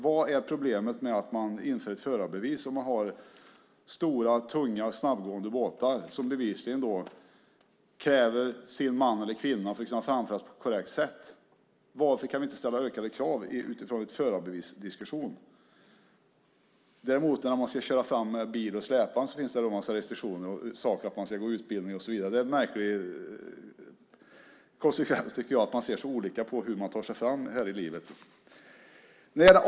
Vad är problemet med att man inför ett förarbevis för stora, tunga, snabbgående båtar som bevisligen kräver sin man eller kvinna för att kunna framföras på ett korrekt sätt? Varför kan vi inte ställa ökade krav utifrån en förarbevisdiskussion? När man ska framföra bil och släpvagn finns det en massa restriktioner, man ska gå utbildning och så vidare. Jag tycker att det är en inkonsekvens här i att man ser så olika på hur man tar sig fram i livet. Fru talman!